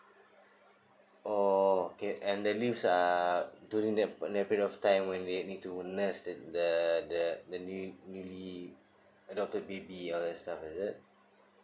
okay and the leave are during that that period of time when they need to nurse it the the the newly adopted baby or the stuff like that